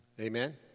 Amen